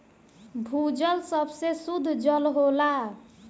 भूजल सबसे सुद्ध जल होला